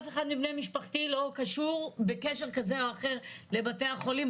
אף אחד מבני משפחתי לא קשור בקשר כזה או אחר לבתי החולים,